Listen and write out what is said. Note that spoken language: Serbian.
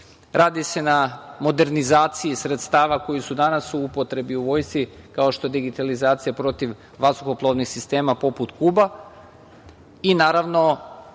se na modernizaciji sredstava koja su danas u upotrebi u Vojsci, kao što je digitalizacija protiv vazduhoplovnih sistema, poput KUB-a,